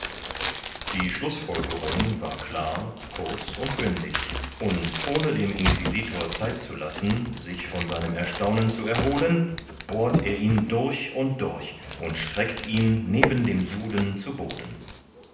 die schlußfolgerung war klar kurz und bündig und ohne dem inquisitor zeit zu lassen sich von seinem erstaunen zu erholen bohrt er ihn durch und durch und streckt ihn neben den juden zu boden